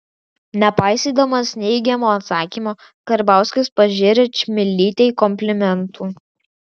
nepaisydamas neigiamo atsakymo karbauskis pažėrė čmilytei komplimentų